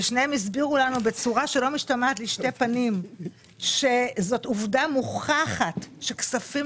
ושניהם הסבירו לנו בצורה שלא משתמעת לשני פנים שזאת עובדה מוכחת שכספים